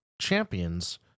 Champions